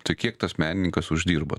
tai kiek tas menininkas uždirba